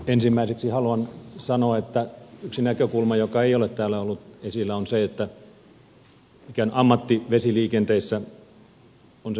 aivan ensimmäiseksi haluan sanoa että yksi näkökulma joka ei ole täällä ollut esillä on se mikä ammattivesiliikenteessä on se varustamon näkökulma